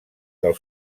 del